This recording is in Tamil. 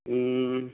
ம்